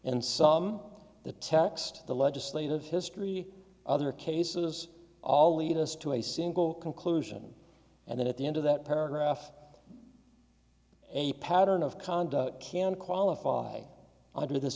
and some the text the legislative history other cases all lead us to a single conclusion and then at the end of that paragraph a pattern of conduct can qualify under this